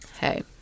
hey